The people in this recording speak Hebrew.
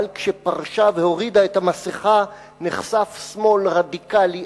אבל כשפרשה והורידה את המסכה נחשף שמאל רדיקאלי,